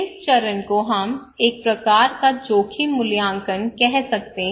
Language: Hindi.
इस चरण को हम एक प्रकार का जोखिम मूल्यांकन कह सकते हैं